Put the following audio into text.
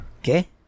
Okay